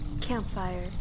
Campfire